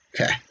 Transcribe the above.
Okay